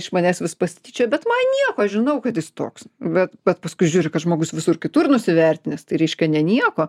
iš manęs vis pasityčioja bet man nieko žinau kad jis toks bet bet paskui žiūri kad žmogus visur kitur nusivertinęs tai reiškia ne nieko